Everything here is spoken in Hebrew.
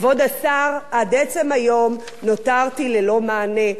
כבוד השר, עד עצם היום נותרתי ללא מענה.